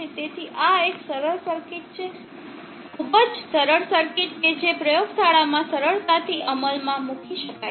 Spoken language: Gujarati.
તેથી આ એક સરળ સર્કિટ છે ખૂબ જ સરળ સર્કિટ કે જે પ્રયોગશાળામાં સરળતાથી અમલમાં મૂકી શકાય છે